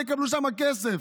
יקבלו שם כסף.